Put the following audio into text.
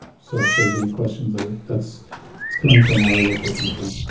so if there's any questions that's that's coming from our local people,